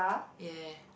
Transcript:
ya